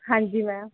ਹਾਂਜੀ ਮੈਮ